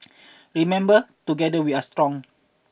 remember together we are strong